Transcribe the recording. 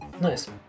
Nice